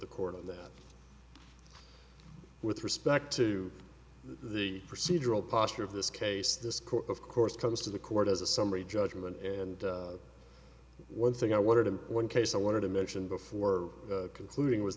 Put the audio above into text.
the court of the with respect to the procedural posture of this case this court of course comes to the court as a summary judgment and one thing i wanted to one case i wanted to mention before concluding was